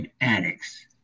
addicts